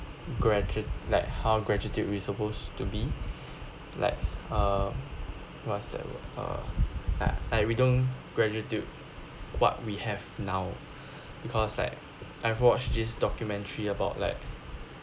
grati~ like how gratitude we supposed to be like uh what's that word uh like we don't gratitude what we have now because like I've watch this documentary about like